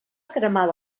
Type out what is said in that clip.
cremada